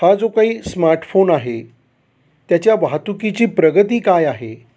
हा जो काही स्मार्टफोन आहे त्याच्या वाहतुकीची प्रगती काय आहे